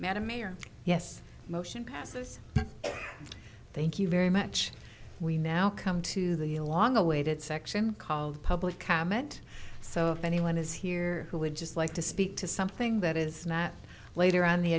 madam mayor yes motion passes thank you very much we now come to the long awaited section called public comment so if anyone is here who would just like to speak to something that is not later on the